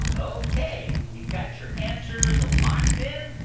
ok. we've got your answers locked in.